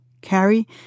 carry